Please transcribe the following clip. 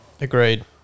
Agreed